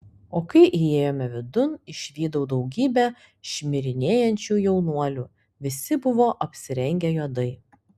o kai įėjome vidun išvydau daugybę šmirinėjančių jaunuolių visi buvo apsirengę juodai